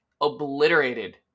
obliterated